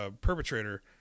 perpetrator